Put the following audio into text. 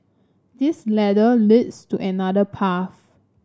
this ladder leads to another path